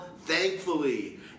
Thankfully